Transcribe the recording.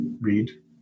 read